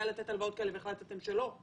הלוואות לצדדים קשורים.